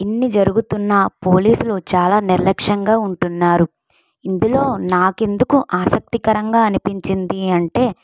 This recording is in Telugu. ఇన్ని జరుగుతున్నా పోలీసులు చాలా నిర్లక్ష్యంగా ఉంటున్నారు ఇందులో నాకు ఎందుకు ఆసక్తికరంగా అనిపించిందీ అంటే